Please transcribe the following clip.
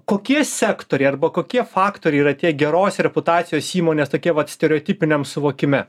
kokie sektoriai arba kokie faktoriai yra tie geros reputacijos įmonės tokie vat stereotipiniame suvokime